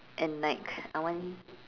and like I want